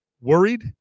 worried